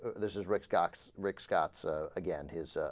this is rich cox rick scott so again his ah.